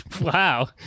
Wow